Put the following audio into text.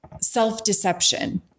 self-deception